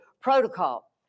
protocol